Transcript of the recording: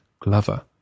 Glover